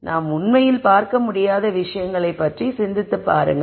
நாம் உண்மையில் பார்க்க முடியாத விஷயங்களைப் பற்றி சிந்தித்து பாருங்கள்